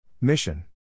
Mission